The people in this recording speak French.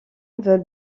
veulent